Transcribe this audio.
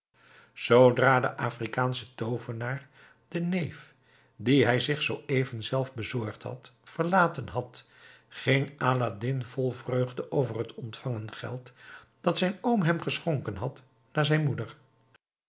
zoodra de afrikaansche toovenaar den neef dien hij zich zooeven zelf bezorgd had verlaten had liep aladdin vol vreugde over het ontvangen geld dat zijn oom hem geschonken had naar zijn moeder